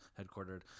headquartered